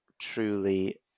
truly